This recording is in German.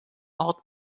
ort